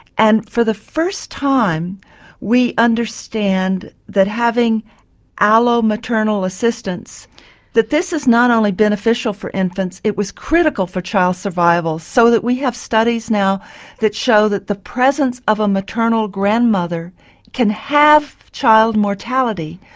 and for the first time we understand that having allo-maternal assistance that this is not only beneficial for infants, it was critical for child survival. so we have studies now that show that the presence of a maternal grandmother can halve child mortality.